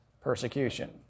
persecution